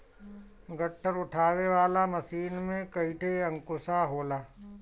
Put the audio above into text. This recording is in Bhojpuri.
गट्ठर उठावे वाला मशीन में कईठे अंकुशा होला